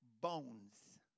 bones